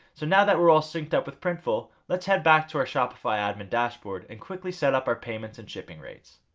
so now that we're all synced up with printful, let's head back to our shopify admin dashboard and quickly set up our payments and shipping rates.